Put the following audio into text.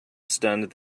stunned